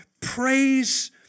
praise